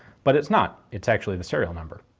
but it's not, it's actually the serial number.